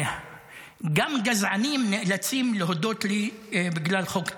גם גזענים נאלצים להודות לי בגלל חוק טיבי,